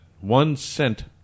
One-cent